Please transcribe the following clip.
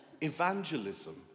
evangelism